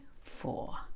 four